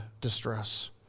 distress